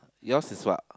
yours is what